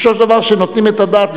פירושו של דבר שנותנים את הדעת.